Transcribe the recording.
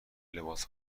لباس